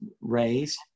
raised